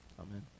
amen